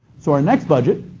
so our next budget